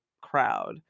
crowd